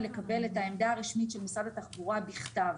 לקבל את העמדה הרשמית של משרד התחבורה בכתב.